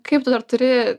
kaip tu dar turi